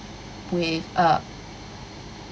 with uh